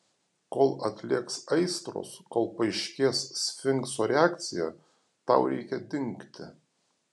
kol atlėgs aistros kol paaiškės sfinkso reakcija tau reikia dingti